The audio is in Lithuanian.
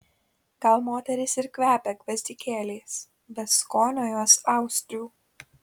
gal moterys ir kvepia gvazdikėliais bet skonio jos austrių